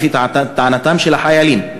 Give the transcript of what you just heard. לפי טענתם של החיילים,